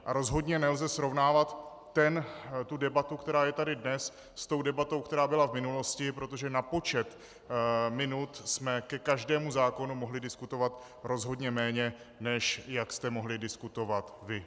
A rozhodně nelze srovnávat debatu, která je tady dnes, s debatou, která byla v minulosti, protože na počet minut jsme ke každému zákonu mohli diskutovat rozhodně méně, než jak jste mohli diskutovat vy.